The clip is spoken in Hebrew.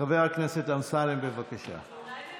חבר הכנסת אמסלם, בבקשה.